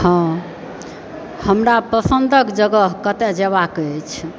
हँ हमरा पसन्दक जगह कतए जयबाक अछि